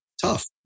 tough